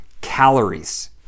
calories